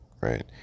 right